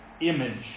image